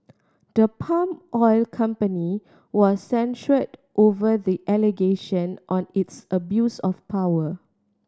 the palm oil company was censured over the allegation on its abuse of power